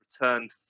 returned